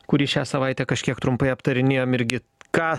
kuri šią savaitę kažkiek trumpai aptarinėjom irgi ką